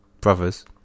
Brothers